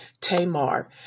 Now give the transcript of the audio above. Tamar